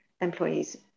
employees